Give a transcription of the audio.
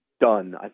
done